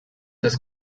das